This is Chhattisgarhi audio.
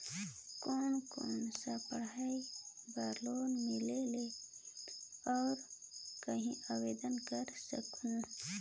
कोन कोन सा पढ़ाई बर लोन मिलेल और कहाँ आवेदन कर सकहुं?